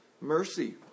mercy